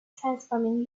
transforming